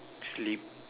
sleep